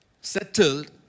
settled